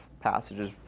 passages